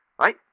right